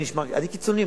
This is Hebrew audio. אני קיצוני.